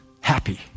happy